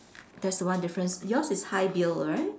that's one difference yours is hi Bill right